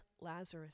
Lazarus